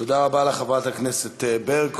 תודה רבה לך, חברת הכנסת ברקו.